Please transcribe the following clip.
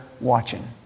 watching